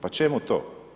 Pa čemu to?